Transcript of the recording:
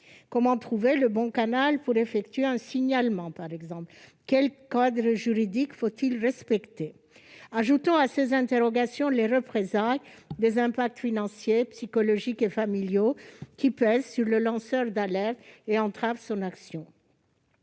comment trouver le bon canal pour effectuer un signalement par exemple ? Quel cadre juridique faut-il respecter ? Ajoutons à ces interrogations les représailles, les conséquences financières, psychologiques et familiales qui pèsent sur les lanceurs d'alerte et entravent leur action.